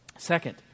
Second